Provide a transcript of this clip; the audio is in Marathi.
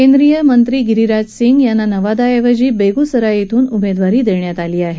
केंद्रीय मंत्री गिरीराज सिंह यांना नवादाऐवजी बेगुसराय ब्रिन उमेदवारी देण्यात आली आहे